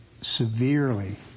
severely